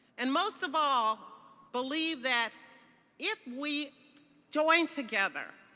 and most of all believe that if we join together,